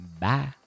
Bye